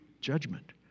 Judgment